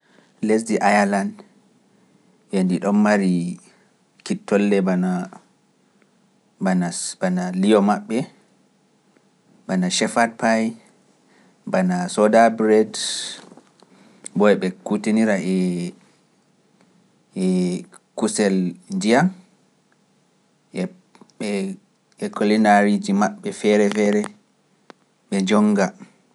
Lesdi ayalaandu yandi ɗon mari kittolde bana liyo maɓɓe, bana chefat paay, bana soda bret, mboyo ɓe kutinira e kusel ndiyam e kulinaariiji maɓɓe feere feere ɓe njonnga.